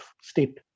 state